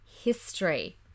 history